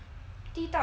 地道的